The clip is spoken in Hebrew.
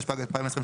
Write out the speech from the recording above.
התשפ"ג-2023,